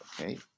okay